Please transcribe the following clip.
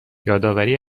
یادآوری